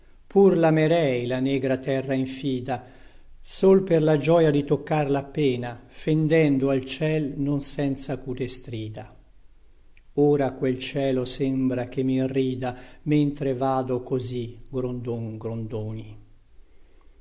pur lamerei la negra terra infida sol per la gioia di toccarla appena fendendo al ciel non senza acute strida ora quel cielo sembra che mirrida mentre vado così grondon grondoni